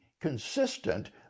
consistent